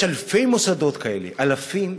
יש אלפי מוסדות כאלה, אלפים,